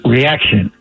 Reaction